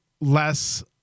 less